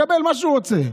מקבל מה שהוא רוצה.